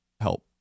help